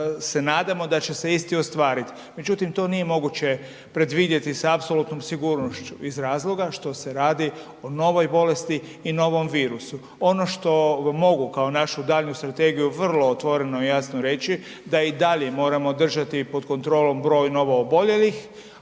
se nadamo da će se isti ostvariti. Međutim, to nije moguće predvidjeti sa apsolutnom sigurnošću iz razloga što se radi o novoj bolesti i novom virusu. Ono što mogu kao našu daljnju strategiju vrlo otvoreno i jasno reći da i dalje moramo držati pod kontrolom broj novooboljelih,